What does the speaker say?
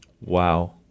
Wow